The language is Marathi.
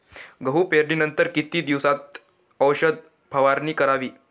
गहू पेरणीनंतर किती दिवसात औषध फवारणी करावी?